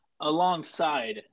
alongside